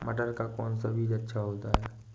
मटर का कौन सा बीज अच्छा होता हैं?